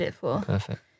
perfect